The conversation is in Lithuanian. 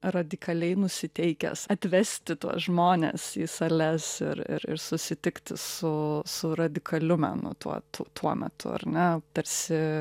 radikaliai nusiteikęs atvesti tuos žmones į sales ir ir ir susitikti su su radikaliu menu tuo tuo metu ar ne tarsi